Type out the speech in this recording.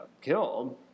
killed